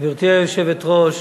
גברתי היושבת-ראש,